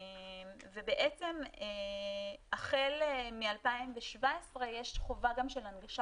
בעצם החל מ-2017 יש חובה גם של הנגשה